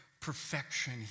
perfection